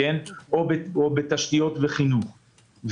או להשקיע בתשתיות ובחינוך.